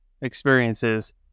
experiences